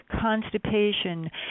constipation